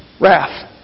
wrath